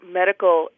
medical